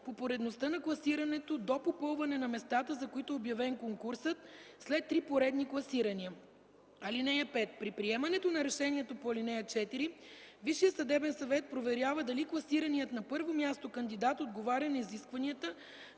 по поредността на класирането до попълване на местата, за които е обявен конкурсът, след три поредни класирания. (5) При приемането на решението по ал. 4 Висшият съдебен съвет проверява дали класираният на първо място кандидат отговаря на изискванията